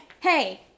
hey